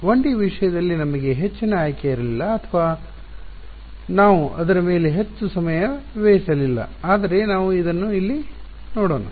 1 D ವಿಷಯದಲ್ಲಿ ನಮಗೆ ಹೆಚ್ಚಿನ ಆಯ್ಕೆ ಇರಲಿಲ್ಲ ಅಥವಾ ನಾವು ಅದರ ಮೇಲೆ ಹೆಚ್ಚು ಸಮಯ ವ್ಯಯಿಸಲಿಲ್ಲ ಆದರೆ ನಾವು ಅದನ್ನು ಇಲ್ಲಿ ನೋಡೋಣ